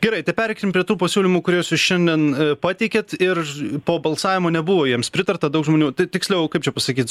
gerai tai pereikim prie tų pasiūlymų kuriuos jūs šiandien pateikėt ir po balsavimų nebuvo jiems pritarta daug žmonių tiksliau kaip čia pasakyt